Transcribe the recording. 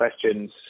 questions